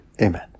Amen